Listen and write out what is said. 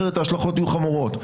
אחרת ההשלכות יהיו חמורות,